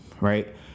Right